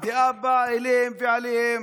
המדינה באה אליהם ועליהם,